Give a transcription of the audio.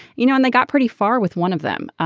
you know, and they got pretty far with one of them.